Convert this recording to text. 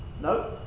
No